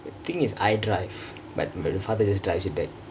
the thingk is I drive but my father just drives me back